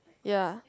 ya